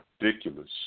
ridiculous